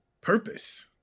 purpose